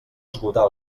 esgotar